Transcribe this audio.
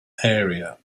area